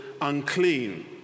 unclean